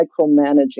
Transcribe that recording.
micromanaging